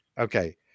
Okay